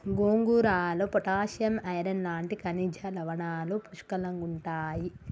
గోంగూరలో potassium, iron లాంటి ఖనిజ లవణాలు పుష్కలంగుంటాయి